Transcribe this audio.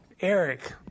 Eric